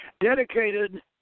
dedicated